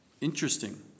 Interesting